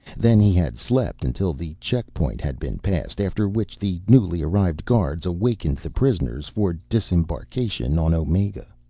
then he had slept until the checkpoint had been passed, after which the newly arrived guards awakened the prisoners for disembarkation on omega.